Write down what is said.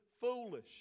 foolish